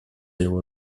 его